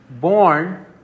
born